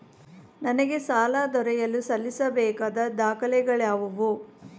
ನನಗೆ ಸಾಲ ದೊರೆಯಲು ಸಲ್ಲಿಸಬೇಕಾದ ದಾಖಲೆಗಳಾವವು?